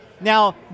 Now